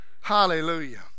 Hallelujah